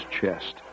chest